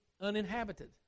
uninhabited